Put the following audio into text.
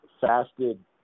fasted